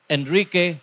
Enrique